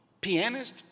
pianist